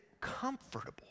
comfortable